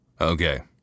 Okay